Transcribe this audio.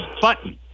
button